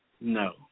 No